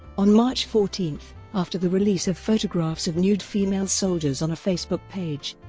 on march fourteen, after the release of photographs of nude female soldiers on a facebook page,